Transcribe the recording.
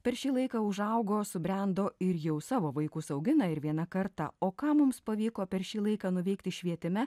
per šį laiką užaugo subrendo ir jau savo vaikus augina ir viena karta o ką mums pavyko per šį laiką nuveikti švietime